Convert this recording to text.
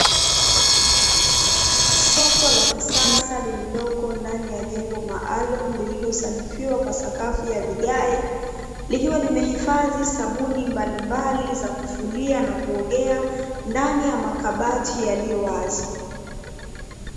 Soko la kisasa, lililoko ndani ya jengo maalumu lililosanifiwa kwa sakafu ya vigae, likiwa limehifadhi sabuni mbalimbali za kufulia na kuogea ndani ya makabati yaliyo wazi.